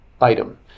item